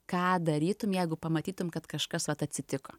ką darytum jeigu pamatytum kad kažkas vat atsitiko